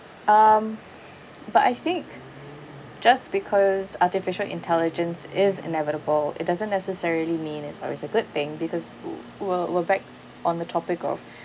um but I think just because artificial intelligence is inevitable it doesn't necessarily mean it's always a good thing because w~ we'll look back on the topic of